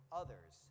others